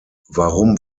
warum